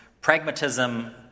pragmatism